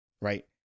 right